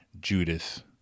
Judas